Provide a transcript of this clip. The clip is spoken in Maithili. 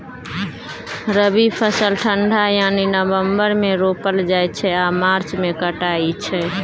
रबी फसल ठंढा यानी नवंबर मे रोपल जाइ छै आ मार्च मे कटाई छै